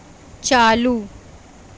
چالو